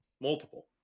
Multiple